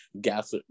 gas